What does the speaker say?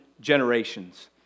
generations